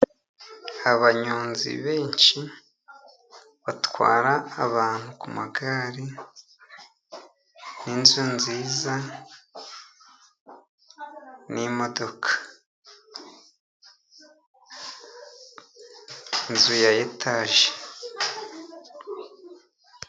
Abanyonzi benshi batwara abantu ku magare, n'inzu nziza, n'imodoka. Ni inzu ya etaje.